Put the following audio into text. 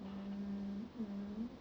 mmhmm